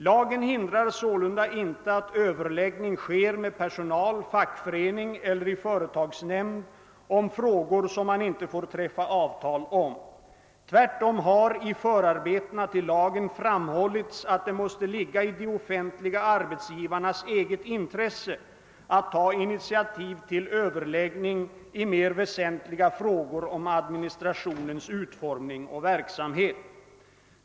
Lagen hindrar sålunda inte att överläggning sker med personal, fackförening eller i företagsnämnd om frågor som man in te får träffa avtal om. Tvärtom har i förarbetena till lagen framhållits att det måste ligga i de offentliga arbetsgivarnas eget intresse att ta initiativ till överläggning i mer väsentliga frågor om administrationens utformning och verksamhet.